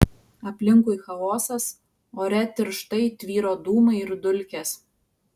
aplinkui chaosas ore tirštai tvyro dūmai ir dulkės